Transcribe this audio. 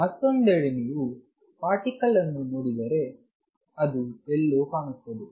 ಮತ್ತೊಂದೆಡೆ ನೀವು ಪಾರ್ಟಿಕಲ್ ಅನ್ನು ನೋಡಿದರೆ ಅದು ಎಲ್ಲೋ ಕಾಣುತ್ತದೆ